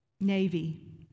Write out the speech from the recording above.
Navy